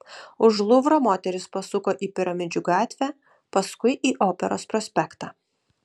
už luvro moterys pasuko į piramidžių gatvę paskui į operos prospektą